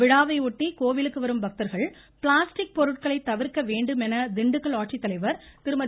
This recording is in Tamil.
விழாவையொட்டி கோவிலுக்கு வரும் பக்தர்கள் பிளாஸ்டிக் பொருட்களை தவிர்க்க வேண்டுமென திண்டுக்கல் ஆட்சித்தலைவர் திருமதி